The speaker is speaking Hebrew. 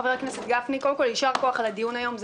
חבר הכנסת גפני, קודם כול יישר כוח על הדיון היום.